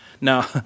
Now